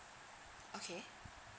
okay